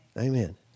Amen